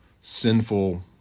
sinful